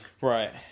Right